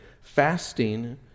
Fasting